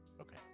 Okay